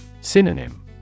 Synonym